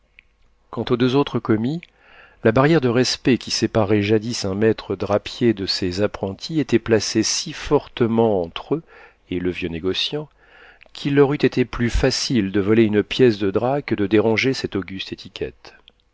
quant aux deux autres commis la barrière de respect qui séparait jadis un maître drapier de ses apprentis était placée si fortement entre eux et le vieux négociant qu'il leur eût été plus facile de voler une pièce de drap que de déranger cette auguste étiquette